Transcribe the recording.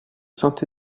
saint